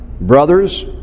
Brothers